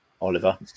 Oliver